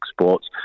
exports